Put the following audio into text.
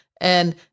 And-